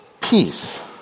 peace